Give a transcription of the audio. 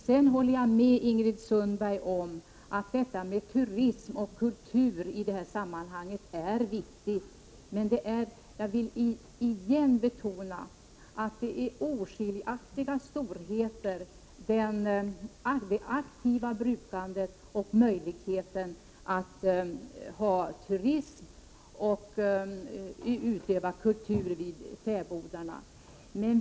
Sedan håller jag med Ingrid Sundberg om att turism och kultur är viktiga faktorer i detta sammanhang, men jag vill än en gång betona att det aktiva brukandet och möjligheten till turism och utövande av kultur vid fäbodarna är oskiljaktiga storheter.